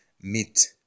meat